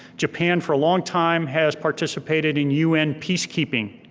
japan, for a long time, has participated in un peacekeeping